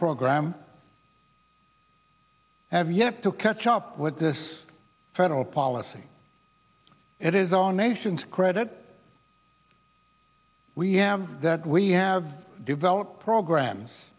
program have yet to catch up with this federal policy it is our nation's credit we have that we have developed programs